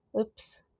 oops